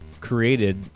created